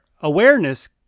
awareness